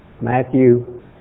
Matthew